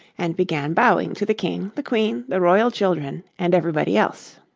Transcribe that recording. and began bowing to the king, the queen, the royal children, and everybody else.